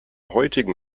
heutigen